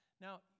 Now